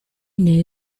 know